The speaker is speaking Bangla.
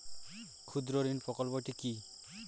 ক্ষুদ্রঋণ প্রকল্পটি কি?